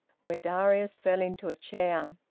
where darius fell into a chair.